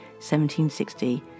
1760